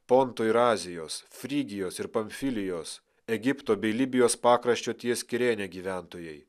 ponto ir azijos frygijos ir filijos egipto bei libijos pakraščio ties skyriene gyventojai